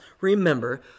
remember